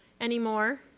anymore